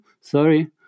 Sorry